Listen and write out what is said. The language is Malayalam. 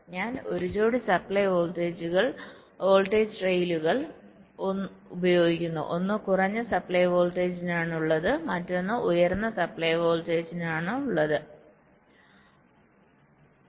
ഞാൻ ഒരു ജോടി സപ്ലൈ വോൾട്ടേജ് റെയിലുകൾ ഉപയോഗിക്കുന്നു ഒന്ന് കുറഞ്ഞ സപ്ലൈ വോൾട്ടേജിനുള്ളതാണ് മറ്റൊന്ന് ഉയർന്ന സപ്ലൈവോൾട്ടേജിനുള്ളതാണ്